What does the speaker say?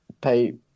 pay